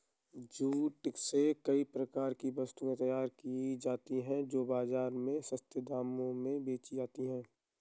jute से कई प्रकार की वस्तुएं तैयार की जाती हैं जो बाजार में सस्ते दामों में बिकती है